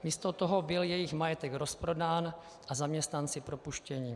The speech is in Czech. Místo toho byl jejich majetek rozprodán a zaměstnanci propuštěni.